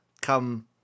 come